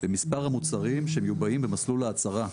במספר המוצרים שמיובאים במסלול ההצהרה.